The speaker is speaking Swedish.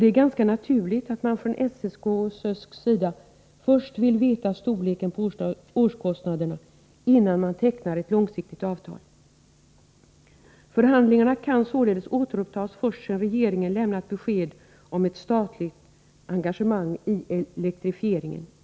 Det är ganska naturligt att man från SSK:s och SÖSK:s sida först vill veta storleken på årskostnaderna innan man tecknar ett långsiktigt avtal. Förhandlingarna kan enligt uppgift återupptas först sedan regeringen lämnat besked om ett statligt engagemang i elektrifieringen.